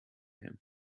him